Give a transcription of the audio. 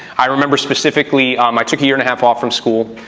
i remember specifically, um i took a year and a half off from school,